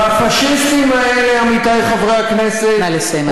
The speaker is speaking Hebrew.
והפאשיסטים האלה, עמיתי חברי הכנסת, נא לסיים.